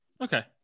Okay